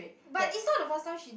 but is not the first time she